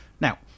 Now